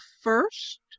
first